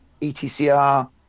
ETCR